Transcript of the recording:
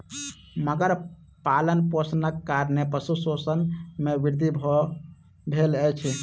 मगर पालनपोषणक कारणेँ पशु शोषण मे वृद्धि भेल अछि